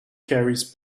carries